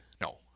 no